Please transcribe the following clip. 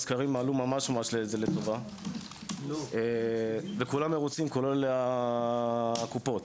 כולם מרוצים כולל הקופות.